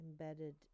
embedded